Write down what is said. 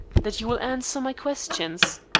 that you will answer my questions?